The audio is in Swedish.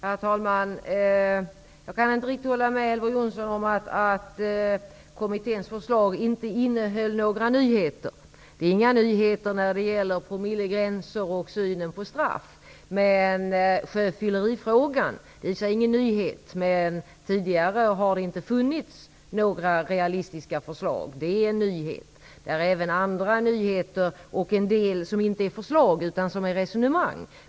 Herr talman! Jag kan inte riktigt hålla med Elver Jonsson om att kommitténs förslag inte innehöll några nyheter. Det är inga nyheter när det gäller promillegränser och synen på straff. Inte heller sjöfyllerifrågan är i sig någon nyhet, men det har tidigare inte funnits några realistiska förslag på den punkten. Att sådana nu finns är en nyhet. Det finns även en del andra nyheter, inte i form av förslag men i form av resonemang.